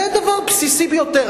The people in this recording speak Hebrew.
זה דבר בסיסי ביותר.